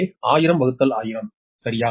ஏ 10001000 சரியா